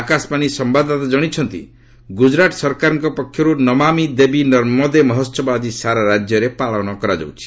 ଆକାଶବାଣୀ ସମ୍ଭାଦଦାତା ଜଣାଇଛନ୍ତି ଗୁକୁରାଟ ସରକାରଙ୍କ ପକ୍ଷରୁ ନମାମୀ ଦେବୀ ନର୍ମଦେ ମହୋହବ ଆଜି ସାରା ରାଜ୍ୟରେ ପାଳନ କରାଯାଉଛି